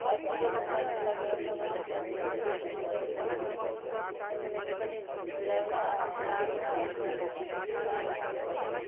hospital लानुको लागि ambulance एम्बुलेन्सहरू पनि एम्बुलेन्स पनि ल्याउनु लानु लानु आउनु